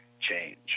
change